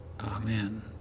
amen